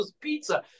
pizza